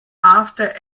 after